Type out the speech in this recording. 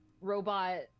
robot